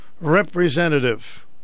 representative